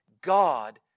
God